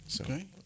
Okay